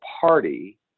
party